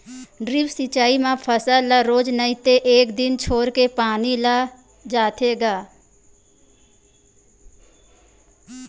drip सिचई म फसल ल रोज नइ ते एक दिन छोरके पानी दे जाथे ग